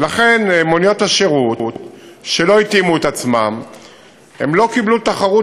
ולכן מוניות השירות שלא התאימו את עצמן לא קיבלו תחרות